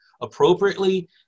appropriately